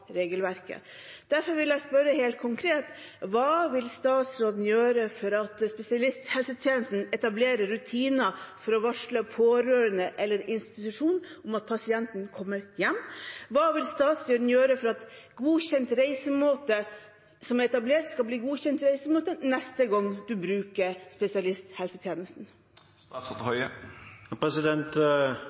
regelverket. Derfor vil jeg spørre helt konkret: Hva vil statsråden gjøre for at spesialisthelsetjenesten etablerer rutiner for å varsle pårørende eller institusjon om at pasienten kommer hjem? Hva vil statsråden gjøre for at godkjent reisemåte som er etablert, skal bli godkjent reisemåte neste gang man bruker